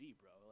bro